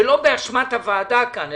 שלא באשמת הוועדה כאן,